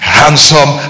handsome